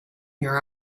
your